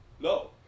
No